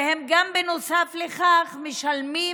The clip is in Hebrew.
ובנוסף לכך הם גם משלמים